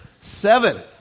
seven